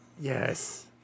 Yes